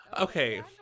Okay